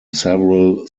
several